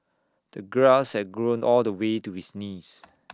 the grass had grown all the way to his knees